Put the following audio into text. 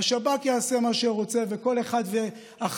השב"כ יעשה מה שהוא רוצה וכל אחד ואחת